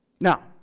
Now